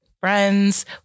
Friends